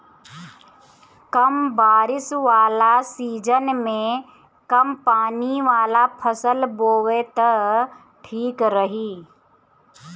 कम बारिश वाला सीजन में कम पानी वाला फसल बोए त ठीक रही